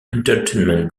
entertainment